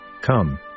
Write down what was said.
come